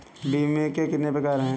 बीमे के कितने प्रकार हैं?